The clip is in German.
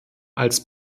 als